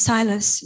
Silas